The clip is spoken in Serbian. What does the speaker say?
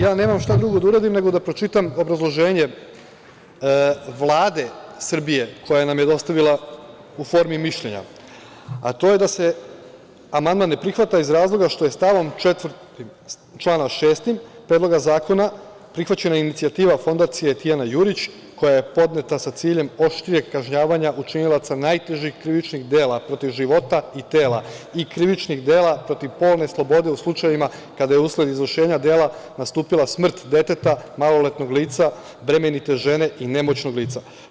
Ja nemam šta drugo da uradim nego da pročitam obrazloženje Vlade Srbije, koja nam je dostavila u formi mišljenja, a to je da se amandman ne prihvata iz razloga što je stavom 4. članom 6. Predloga zakona, prihvaćena inicijativa Fondacije „Tijana Jurić“, koja je podneta sa ciljem oštrijeg kažnjavanja učinilaca najtežih krivičnih dela protiv života i tela i krivičnih dela protiv polne slobode u slučajevima kada je usled izvršenja dela nastupila smrt deteta, maloletnog lica, bremenite žene i nemoćnog lica.